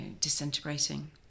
disintegrating